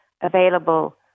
available